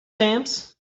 stamps